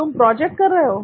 तुम प्रोजेक्ट कर रहे हो